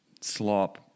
slop